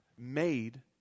made